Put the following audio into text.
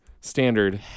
standard